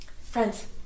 Friends